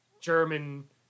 German